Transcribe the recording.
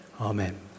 Amen